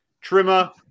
trimmer